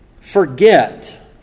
forget